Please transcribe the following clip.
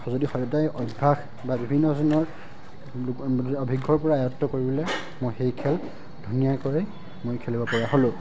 যদি সদায় অভ্যাস বা বিভিন্ন জনৰ অভিজ্ঞৰ পৰা আয়ত্ব কৰিবলে মই সেই খেল ধুনীয়াকৈ মই খেলিব পৰা হ'লোঁ